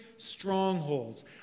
strongholds